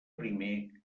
primer